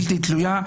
בלתי תלויה,